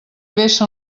vessa